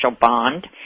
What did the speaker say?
bond